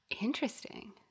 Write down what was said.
Interesting